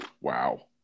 Wow